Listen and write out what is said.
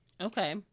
Okay